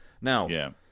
now